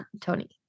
Tony